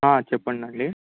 చెప్పండి అండి